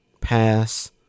Pass